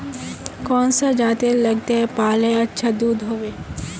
कौन सा जतेर लगते पाल्ले अच्छा दूध होवे?